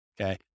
Okay